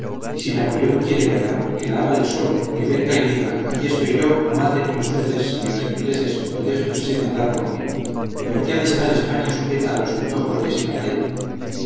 si napoleón quiere guerra que la haga él solo que venga y diga aquí estoy yo mátenme ustedes señores ingleses o déjense matar por mí por qué ha de estar españa sujeta a los antojos de ese caballero